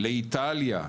לאיטליה,